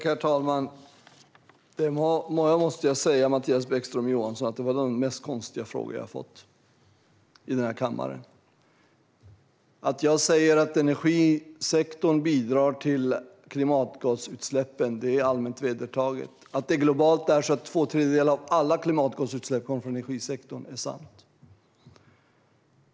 Herr talman! Jag måste säga att det var den konstigaste fråga jag fått i den här kammaren, Mattias Bäckström Johansson. Att energisektorn bidrar till klimatgasutsläppen är allmänt vedertaget. Att det globalt är så att två tredjedelar av alla klimatgasutsläpp kommer från energisektorn är sant.